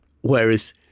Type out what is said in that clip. Whereas